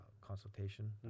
consultation